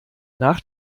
nach